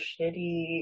shitty